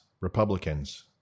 Republicans